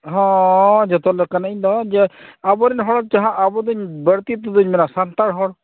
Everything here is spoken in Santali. ᱦᱮᱸᱻ ᱡᱚᱛᱚ ᱞᱮᱠᱟᱱᱟᱜᱼᱤᱧ ᱱᱚᱜᱼᱚᱭ ᱡᱮ ᱟᱵᱚᱨᱮᱱ ᱦᱚᱲ ᱡᱟᱦᱟᱸ ᱟᱵᱚᱨᱮᱱ ᱵᱟᱹᱲᱛᱤ ᱫᱚ ᱵᱟᱹᱧ ᱢᱮᱱᱟ ᱥᱟᱱᱛᱟᱲ ᱦᱚᱲ